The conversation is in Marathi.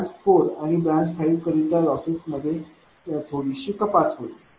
ब्रांच 4 आणि ब्रांच 5 करिता लॉसेस मध्ये थोडीशी कपात होईल